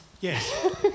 Yes